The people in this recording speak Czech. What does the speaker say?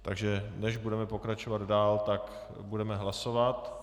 Takže než budeme pokračovat dál, budeme hlasovat.